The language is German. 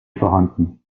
vorhanden